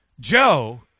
Joe